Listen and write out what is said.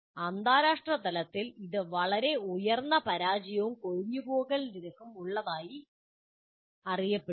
അന്താരാഷ്ട്രതലത്തിൽ വളരെ ഉയർന്ന പരാജയവും കൊഴിഞ്ഞുപോകൽ നിരക്കും ഉള്ളതായി ഇത് അറിയപ്പെടുന്നു